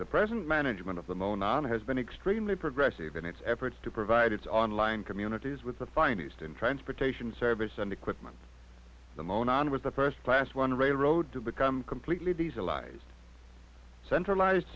the present management of the monacan has been extremely progressive in its efforts to provide its online communities with the finest in transportation service and equipment the mon on was the first class one railroad to become completely these allies centralized